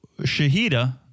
Shahida